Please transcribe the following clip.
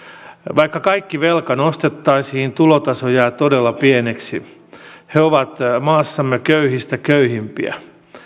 vaikka kaikki velka nostettaisiin tulotaso jää todella pieneksi he ovat maassamme köyhistä köyhimpiä